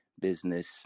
business